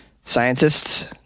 Scientists